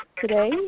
today